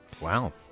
Wow